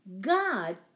God